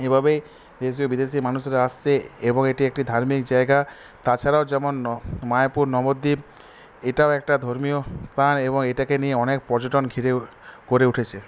এ ভাবেই দেশে বিদেশে মানুষরা আসছে এবং এটি একটি ধার্মিক জায়গা তাছাড়াও যেমন মায়াপুর নবদ্বীপ এটাও একটা ধর্মীয় স্থান এবং এটাকে নিয়ে অনেক পর্যটন ঘিরে গড়ে উঠেছে